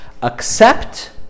accept